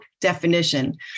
definition